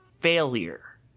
failure